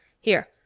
Here